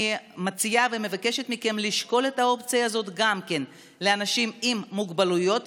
אני מציעה ומבקשת מכם לשקול את האופציה הזאת גם לאנשים עם מוגבלויות,